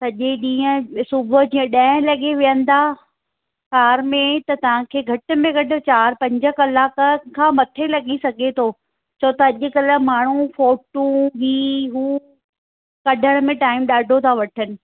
सॼे ॾींहुं सुबुह जीअं ॾह लॻे वेहंदा कार में त तव्हांखे घटि में घटि चारि पंज कलाक खां मथे लॻी सघे थो छो त अॼुकल्ह माण्हू फ़ोटू ही हूं कढण में टाइम ॾाढो था वठनि